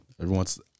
everyone's